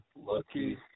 Lucky